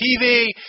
TV